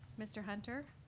mr. hunter?